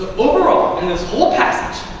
overall, in this whole passage,